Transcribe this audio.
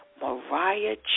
Mariah